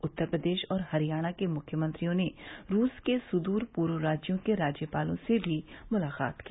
उत्तर प्रदेश और हरियाणा के मुख्यमंत्रियों ने रूस के सुदूर पूर्व राज्यों के राज्यपालों से भी मुलाकात की